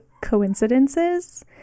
coincidences